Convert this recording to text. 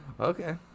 Okay